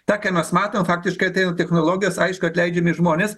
tą ką mes matom faktiškai ateina technologijos aišku atleidžiami žmonės